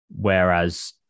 Whereas